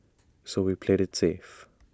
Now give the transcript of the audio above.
so we played IT safe